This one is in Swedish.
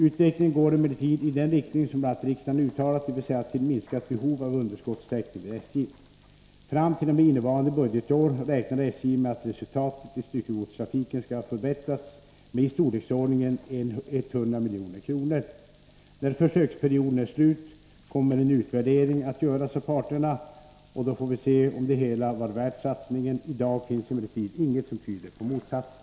Utvecklingen går emellertid i den riktning Nr 28 som bl.a. riksdagen uttalat, dvs. till minskat behov av underskottstäckning Måndagen den vid SJ. Fram t.o.m. innevarande budgetår räknar SJ med att resultatet i 21 november 1983 styckegodstrafiken skall ha förbättrats med i storleksordningen 100 milj.kr. När försöksperioden är slut kommer en utvärdering att göras av parterna, Om prissättningen och då får vi se om det hela var värt satsningen. I dag finns emellertid inget — vid det av SJ ägda som tyder på motsatsen.